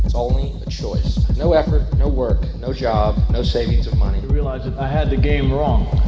it's only the choice. no effort, no work, no job, no savings of money. i realised i had the game wrong.